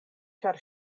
ĉar